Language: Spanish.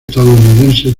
estadounidenses